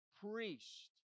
priest